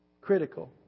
critical